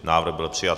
Návrh byl přijat.